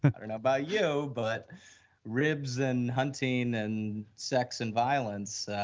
i don't know about you. but ribs and hunting and sex and violence,